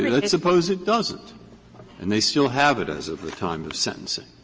let's suppose it doesn't and they still have it as of the time of sentencing,